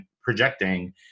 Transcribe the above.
projecting